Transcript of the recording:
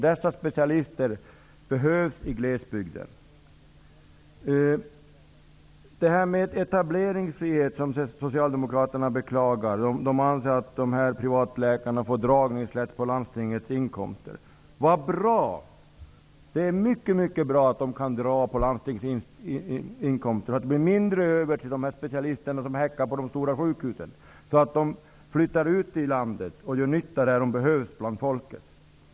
Dessa specialister behövs i glesbygden. Socialdemokraterna beklagar frågan om etableringsfrihet. De anser att privatläkarna får dragningsrätt på landstingens inkomster. Det är bra! Det är mycket bra att de kan dra av på landstingens inkomster och att det blir mindre över till specialisterna som häckar på de stora sjukhusen. Det innebär att de flyttar ut i landet och gör nytta bland folk.